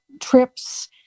trips